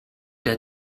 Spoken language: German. der